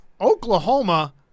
Oklahoma